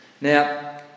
Now